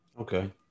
Okay